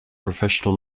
professional